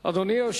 מעוררת כבוד,